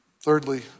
Thirdly